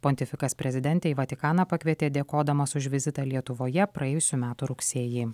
pontifikas prezidentę į vatikaną pakvietė dėkodamas už vizitą lietuvoje praėjusių metų rugsėjį